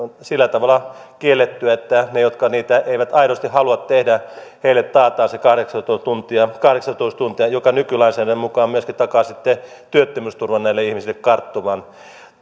sillä tavalla kiellettyä että niille jotka niitä eivät aidosti halua tehdä taataan se kahdeksantoista tuntia mikä nykylainsäädännön mukaan myöskin takaa sitten työttömyysturvan näille ihmisille karttuvan